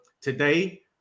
today